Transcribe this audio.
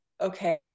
okay